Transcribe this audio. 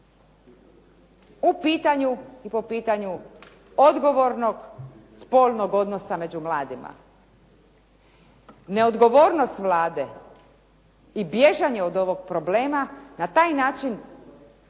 u pitanju i po pitanju odgovornog spolnog odnosa među mladima. Neodgovornost Vlade i bježanje od ovog problema na taj način